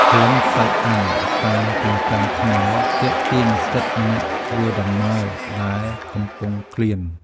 ក្លិនសាច់អាំងតាមចិញ្ចើមថ្នល់ទាក់ទាញចិត្តអ្នកធ្វើដំណើរដែលកំពុងឃ្លាន។